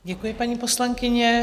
Děkuji, paní poslankyně.